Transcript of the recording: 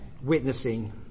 witnessing